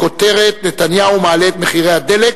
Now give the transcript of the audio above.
בכותרת: נתניהו מעלה את מחירי הדלק